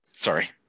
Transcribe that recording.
Sorry